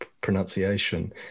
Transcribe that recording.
pronunciation